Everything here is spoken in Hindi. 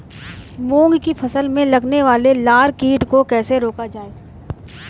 मूंग की फसल में लगने वाले लार कीट को कैसे रोका जाए?